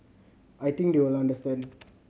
I think they will understand